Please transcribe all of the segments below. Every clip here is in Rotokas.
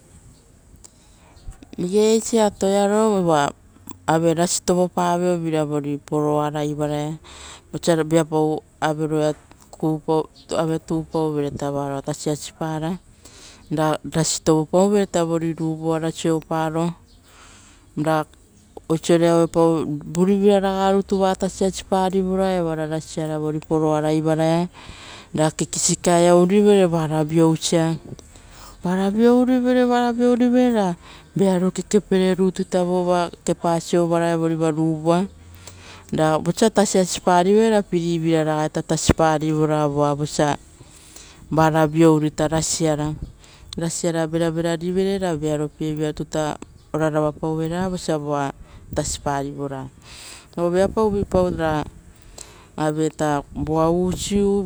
Igei vo atoia uva rasi kaepaviei poroa iare, vosa viapau, tasipavai, toupaive ra rasiara kae-pape vore usi patapi. Ra vuri vira ora sovopau vere, varaia tasiasi paoro, vo poroa ia. Ra kikisikae ouri vere vuruvusa, ra vara viouri vere, ra vearo kekepere vo kepa, sovaraia, vo usipatapi, ra vosa tasiasi pari, ra vearovira ora sovopauvere. Vosa viorivere ra voa usiu,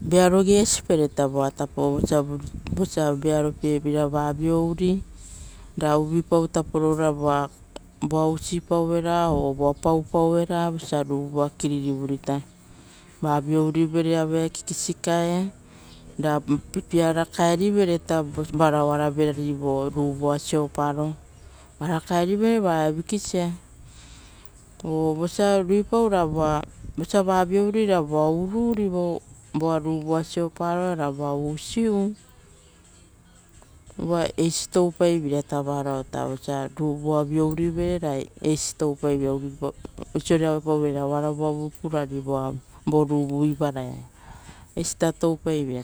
vearo gesi pere, ora uvuipau ravoa paupau vo viouia. Ra varao oara vuruvurivera pipia kaiera kaerivere vova ruvua vara vikisa, ra vosa ruipauvere ra ururi ra usiu, uva oisa eisi osa toupai veira, oisio ra oaravu purpape vo ruvua ia.